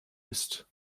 ist